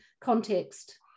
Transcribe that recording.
context